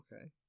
Okay